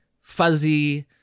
fuzzy